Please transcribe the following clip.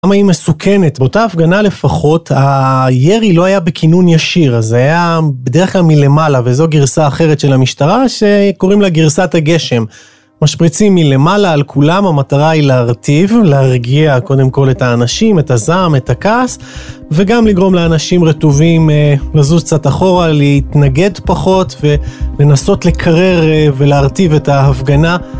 למה היא מסוכנת? באותה הפגנה לפחות הירי לא היה בקינון ישיר אז היה בדרך כלל מלמעלה וזו גרסה אחרת של המשטרה שקוראים לה גרסת הגשם. משפריצים מלמעלה על כולם, המטרה היא להרטיב, להרגיע קודם כל את האנשים, את הזעם, את הכעס וגם לגרום לאנשים רטובים לזוז קצת אחורה, להתנגד פחות ולנסות לקרר ולהרטיב את ההפגנה.